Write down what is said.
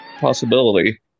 possibility